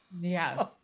yes